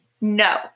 no